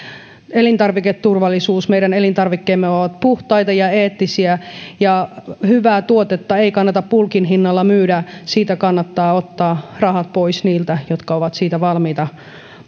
elintarviketurvallisuus meidän elintarvikkeemme ovat puhtaita ja eettisiä ja hyvää tuotetta ei kannata bulkin hinnalla myydä siitä kannattaa ottaa rahat pois niiltä jotka ovat siitä valmiita